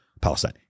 Palestine